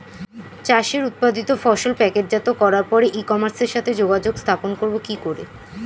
চাষের উৎপাদিত ফসল প্যাকেটজাত করার পরে ই কমার্সের সাথে যোগাযোগ স্থাপন করব কি করে?